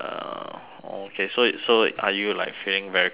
okay so y~ so are you like feeling very cold right now